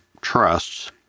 trusts